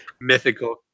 Mythical